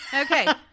Okay